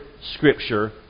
Scripture